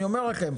אני אומר לכם,